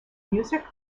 music